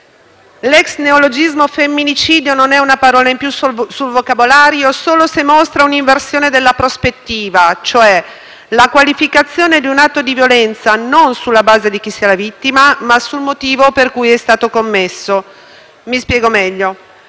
L'ex neologismo «femminicidio» non è una parola in più sul vocabolario, solo se mostra un'inversione della prospettiva, e cioè la qualificazione di un atto di violenza sulla base non di chi sia la vittima, ma del motivo per cui è stato commesso. Mi spiego meglio: